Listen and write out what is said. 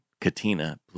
Katina